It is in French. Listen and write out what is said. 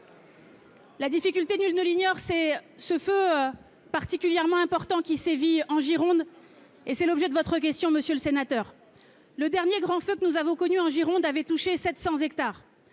La difficulté, nul ne l'ignore, réside dans le feu, particulièrement important, qui sévit en Gironde- c'est d'ailleurs l'objet de votre question, monsieur le sénateur. Le dernier grand incendie que nous avons connu en Gironde a touché 700 hectares